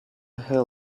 hill